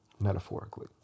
Metaphorically